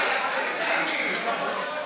שב-2013 היה יותר יקר מאשר היום?